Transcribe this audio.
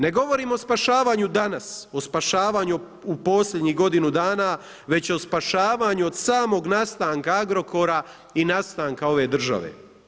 Ne govorim o spašavanju danas, o spašavanju u posljednjih godinu dana, već o spašavanju od samog nastanka Agrokora i nastanka ove države.